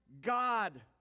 god